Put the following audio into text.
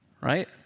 right